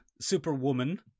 Superwoman